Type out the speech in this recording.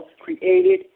created